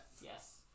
Yes